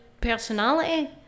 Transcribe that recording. personality